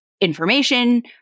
information